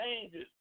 changes